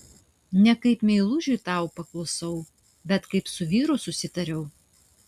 ne kaip meilužiui tau paklusau bet kaip su vyru susitariau